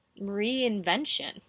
reinvention